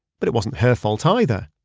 but it wasn't her fault ah either.